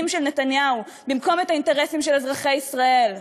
של נתניהו במקום את האינטרסים של אזרחי ישראל?